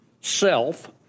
self